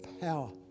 power